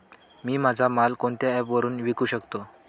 मी माझा माल कोणत्या ॲप वरुन विकू शकतो?